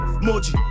Moji